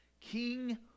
King